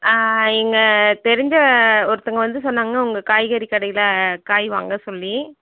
எங்கள் தெரிஞ்ச ஒருத்தங்க வந்து சொன்னாங்க உங்கள் காய்கறி கடையில் காய் வாங்க சொல்லி